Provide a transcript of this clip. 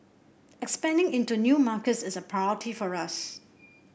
expanding into new markets is a priority for us